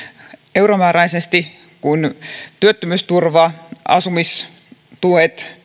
euromääräisesti kun työttömyysturva asumistuet